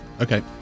okay